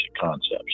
concepts